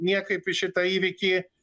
niekaip į šitą įvykį